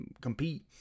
compete